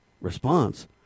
response